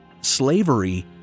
slavery